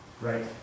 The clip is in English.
right